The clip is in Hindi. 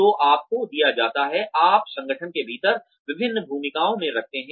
तो आपको दिया जाता है आप संगठन के भीतर विभिन्न भूमिकाओं में रखते हैं